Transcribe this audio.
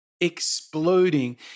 exploding